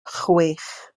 chwech